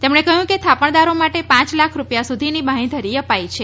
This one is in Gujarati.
તેમણે કહ્યું કે થાપણદારો માટે પાંચ લાખ રૂપિયા સુધીની બાંહેધરી અપાઇ છે